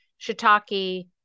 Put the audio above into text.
shiitake